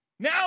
Now